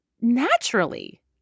naturally